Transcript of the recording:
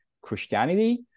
Christianity